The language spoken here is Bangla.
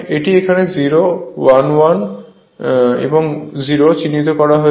এটি এখানে 0 11 এবং 0 চিহ্নিত করা হয়েছে